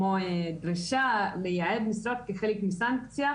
כמו דרישה לייעד משרות כחלק מסנקציה.